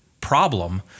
problem